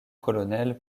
colonel